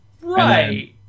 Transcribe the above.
Right